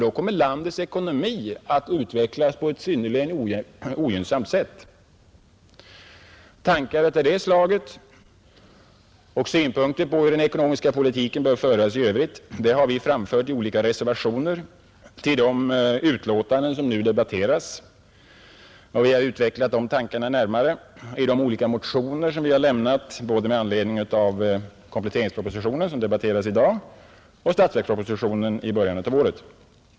Då kommer nämligen landets ekonomi att utvecklas på ett synnerligen ogynnsamt sätt. Tankar av det slaget och synpunkter hur den ekonomiska politiken bör föras i övrigt har vi framfört i olika reservationer till de utlåtanden som nu debatteras. Vi har utvecklat de tankarna närmare i de olika motioner som vi har lämnat både med anledning av kompletteringspropositionen, som debatteras i dag, och statsverkspropositionen i början av året.